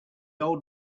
old